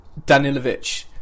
Danilovic